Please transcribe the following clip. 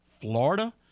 Florida